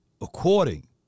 according